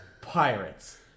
Pirates